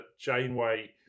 Janeway